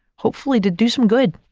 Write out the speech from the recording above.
hopefully, do some good,